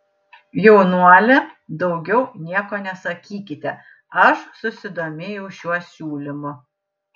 jaunuoli daugiau nieko nesakykite aš susidomėjau šiuo siūlymu